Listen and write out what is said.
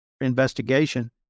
investigation